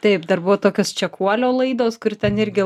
taip dar buvo tokios čekuolio laidos kur ten irgi